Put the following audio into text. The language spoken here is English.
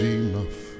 enough